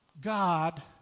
God